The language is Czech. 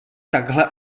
takhle